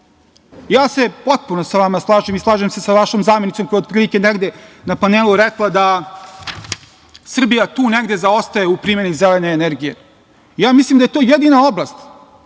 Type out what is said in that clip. se sa vama slažem i slažem se sa vašom zamenicom koja je otprilike negde na panelu rekla da Srbija negde tu zaostaje u primeni zelene energije. Mislim da je to jedina oblast